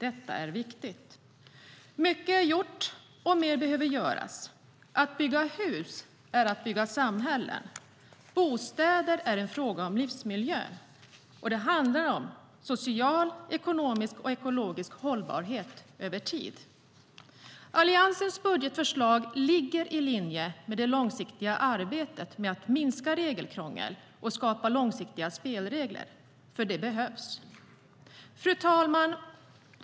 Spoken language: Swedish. Detta är viktigt! Samhällsplanering, bostadsförsörjning och byggande samt konsumentpolitikFru talman!